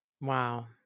Wow